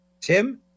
Tim